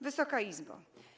Wysoka Izbo!